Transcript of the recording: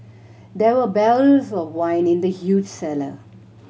there were barrels of wine in the huge cellar